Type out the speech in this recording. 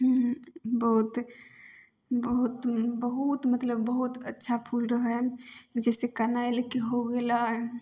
बहुत बहुत बहुत मतलब बहुत अच्छा फूल रहै हइ जइसे कनैलके हो गेलै